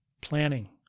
planning